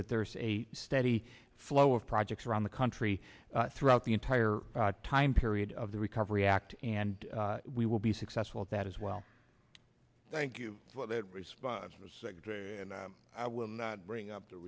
that there's a steady flow of projects around the country throughout the entire time period of the recovery act and we will be successful at that as well thank you for that response and i will not bring